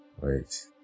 Wait